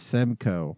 Semco